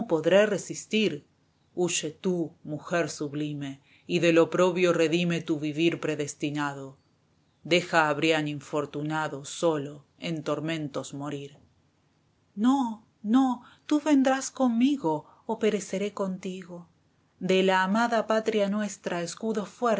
podré resistir huye tú mujer sublime y del oprobio redime tu vivir predestinado deja a brian infortunado solo en tormentos morir no no tú vendrás conmigo o pereceré contigo de la amada patria nuestra escudo